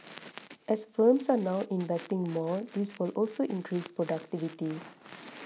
as firms are now investing more this will also increase productivity